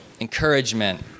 encouragement